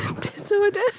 disorder